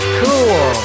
cool